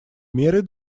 меры